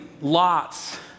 lots